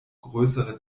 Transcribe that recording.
größere